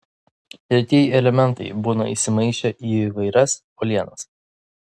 retieji elementai būna įsimaišę į įvairias uolienas